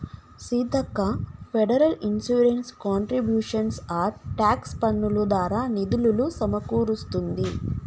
Seethakka federal insurance contributions act tax పన్నులు దారా నిధులులు సమకూరుస్తుంది